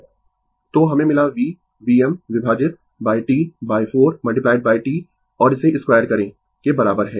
तो हमें मिला v Vm विभाजित T 4 t और इसे 2 करें के बराबर है